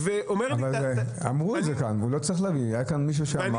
אבל אמרו את זה כאן, היה כאן מישהו שאמר